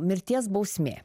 mirties bausmė